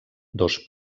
dos